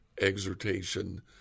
exhortation